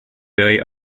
very